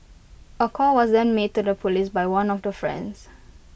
A call was then made to the Police by one of the friends